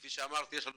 כפי שאמרתי, יש לנו